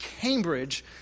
Cambridge